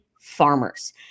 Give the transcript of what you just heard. Farmers